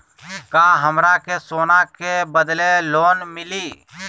का हमरा के सोना के बदले लोन मिलि?